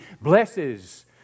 blesses